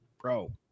bro